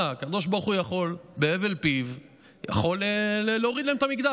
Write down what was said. הקדוש ברוך הוא יכול בהבל פיו להוריד להם את המגדל.